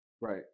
Right